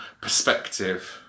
perspective